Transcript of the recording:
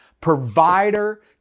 provider